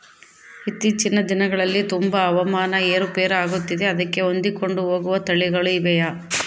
ಇತ್ತೇಚಿನ ದಿನಗಳಲ್ಲಿ ತುಂಬಾ ಹವಾಮಾನ ಏರು ಪೇರು ಆಗುತ್ತಿದೆ ಅದಕ್ಕೆ ಹೊಂದಿಕೊಂಡು ಹೋಗುವ ತಳಿಗಳು ಇವೆಯಾ?